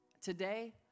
today